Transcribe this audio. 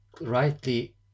rightly